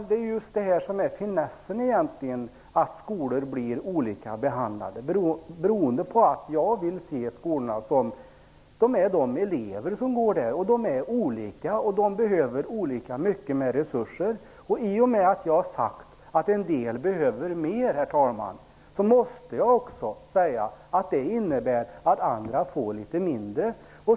Det är just detta som är finessen: Skolor blir olika behandlade. Jag vill se skolorna som de elever som går där. De är olika och de behöver olika mycket resurser. I och med att jag har sagt att en del behöver mer, herr talman, så måste jag också säga att det innebär att andra får litet mindre.